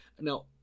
Now